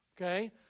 okay